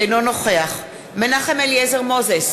אינו נוכח מנחם אליעזר מוזס,